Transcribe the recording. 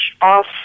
off